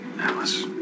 Alice